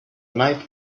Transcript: night